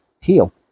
heal